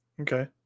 okay